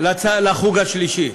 לחוג השלישי.